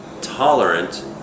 tolerant